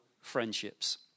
friendships